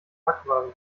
backwaren